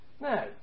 No